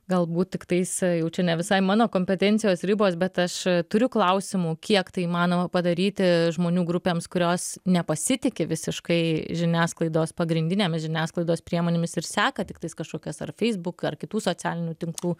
galbūt tiktais jau čia ne visai mano kompetencijos ribos bet aš turiu klausimų kiek tai įmanoma padaryti žmonių grupėms kurios nepasitiki visiškai žiniasklaidos pagrindinėmis žiniasklaidos priemonėmis ir seka tiktais kažkokias ar facebook ar kitų socialinių tinklų